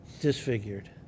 disfigured